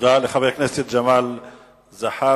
תודה לחבר הכנסת ג'מאל זחאלקה.